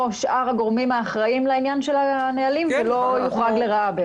שאר הגורמים האחראים לעניין הנהלים ולא יוחרג לרעה,